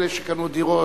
כל אלה שקנו דירות,